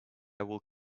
will